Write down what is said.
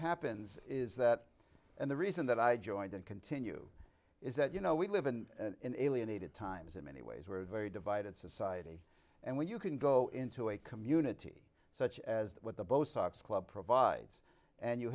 happens is that and the reason that i joined and continue is that you know we live in an alienated times in many ways were a very divided society and when you can go into a community such as what the bostock's club provides and you